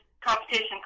competition